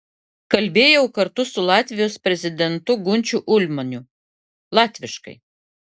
kalbėjau kartu su latvijos prezidentu gunčiu ulmaniu latviškai